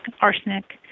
arsenic